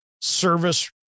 service